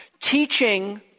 Teaching